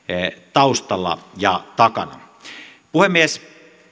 taustalla ja takana puhemies